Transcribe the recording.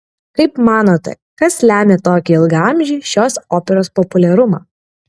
kaip manote kas lemia tokį ilgaamžį šios operos populiarumą